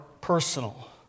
personal